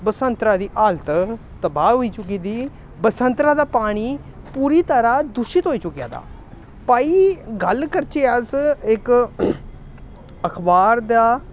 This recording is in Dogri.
बसंतरा दी हालत तबाह होई चुकी दी बसंतरा दा पानी पूरी त'रा दूशित होई चुके दा भाई गल्ल करचै अस इक अखबार दा